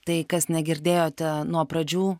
tai kas negirdėjote nuo pradžių